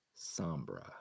Sombra